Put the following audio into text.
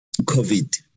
COVID